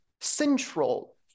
central